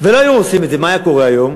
לא היו עושים את זה, מה היה קורה היום?